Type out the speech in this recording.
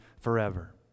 forever